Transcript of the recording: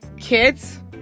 kids